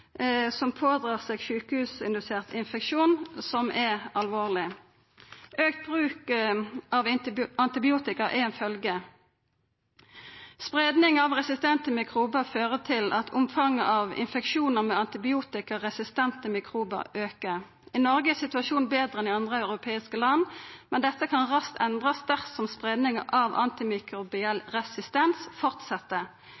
som pådrar seg ein sjukehusindusert infeksjon, som er alvorleg. Auka bruk av antibiotika er ei følgje, og spreiing av resistente mikrobar fører til at omfanget av infeksjonar med antibiotikaresistente mikrobar aukar. I Noreg er situasjonen betre enn i andre europeiske land, men dette kan raskt endrast dersom spreiinga av